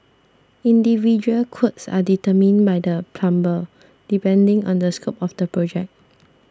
individual quotes are determined by the plumber depending on the scope of the project